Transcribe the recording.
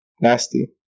Nasty